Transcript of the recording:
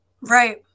Right